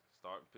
start